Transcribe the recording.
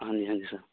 ਹਾਂਜੀ ਹਾਂਜੀ ਸਰ